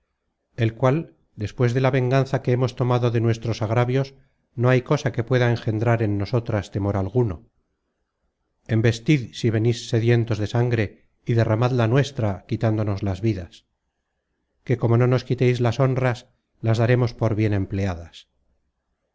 el cual despues de la venganza que hemos tomado de nuestros agravios no hay cosa que pueda engendrar en nosotras temor alguno embestid si venis sedientos de sangre y derramad la nuestra quitándonos las vidas que como no nos quiteis las honras las daremos por bien empleadas